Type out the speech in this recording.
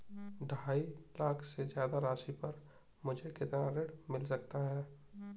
ढाई लाख से ज्यादा राशि पर मुझे कितना ऋण मिल सकता है?